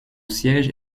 siège